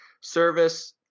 Service